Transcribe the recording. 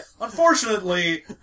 unfortunately